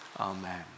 amen